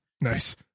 Nice